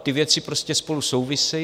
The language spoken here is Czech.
Ty věci prostě spolu souvisejí.